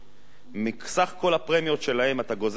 מסך כל הפרמיות שלהם אתה גוזר 6%,